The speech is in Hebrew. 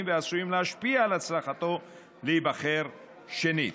ועשויים להשפיע על הצלחתו להיבחר שנית.